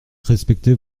respecter